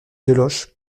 deloche